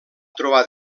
trobar